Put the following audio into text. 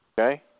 Okay